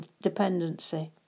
dependency